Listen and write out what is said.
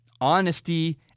honesty